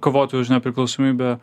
kovotojų už nepriklausomybę